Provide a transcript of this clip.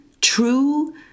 true